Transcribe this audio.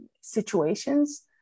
situations